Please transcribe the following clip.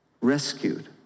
rescued